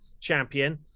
champion